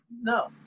no